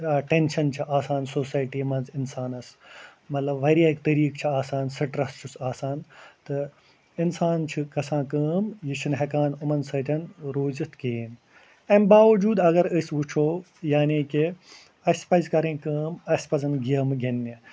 tension چھِ آسان society منٛز اِنسانَس مطلب واریاہ طریٖقہٕ چھِ آسان سِٹرَس چھُس آسان تہٕ اِنسان چھِ گژھان کٲم یہِ چھِنہٕ ہٮ۪کان یِمَن سۭتۍ روٗزِتھ کِہیٖنۍ اَمہِ باوجوٗد اَگر أسۍ وٕچھو یعنی کہِ اَسہِ پَزِ کَرٕنۍ کٲم اَسہِ پَزَن گیمہٕ گِنٛدنہِ